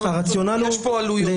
יש פה עלויות,